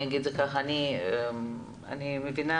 אני מבינה